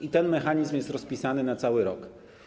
I ten mechanizm jest rozpisany na cały rok.